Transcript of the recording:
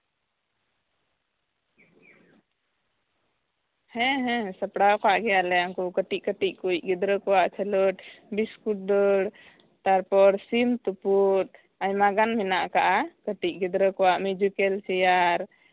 ᱦᱮᱸ ᱦᱮᱸ ᱥᱟᱯᱲᱟᱣ ᱟᱠᱟᱫ ᱜᱮᱭᱟ ᱞᱮ ᱩᱱᱠᱩ ᱠᱟᱹᱴᱤᱡᱼᱠᱟᱹᱴᱤᱡ ᱜᱤᱫᱽᱨᱟᱹ ᱠᱚᱣᱟᱜ ᱠᱷᱮᱸᱞᱳᱰ ᱵᱤᱥᱠᱩᱴ ᱫᱟᱹᱲ ᱛᱟᱨᱯᱚᱨ ᱥᱤᱢ ᱛᱩᱯᱩᱫ ᱟᱭᱢᱟ ᱜᱟᱱ ᱢᱮᱱᱟᱜ ᱟᱠᱟᱜᱼᱟ ᱠᱟᱹᱴᱤᱡ ᱜᱤᱫᱽᱨᱟᱹ ᱠᱚᱣᱟᱜ ᱢᱤᱭᱩᱡᱤᱠᱮᱞ ᱪᱮᱭᱟᱨ